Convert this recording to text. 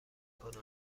کنم